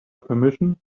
permission